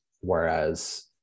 Whereas